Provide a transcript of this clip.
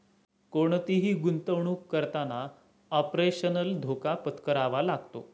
कोणतीही गुंतवणुक करताना ऑपरेशनल धोका पत्करावा लागतो